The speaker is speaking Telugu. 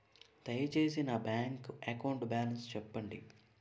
దయచేసి నా బ్యాంక్ అకౌంట్ బాలన్స్ చెప్పండి